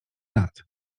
lat